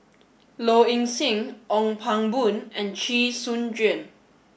Low Ing Sing Ong Pang Boon and Chee Soon Juan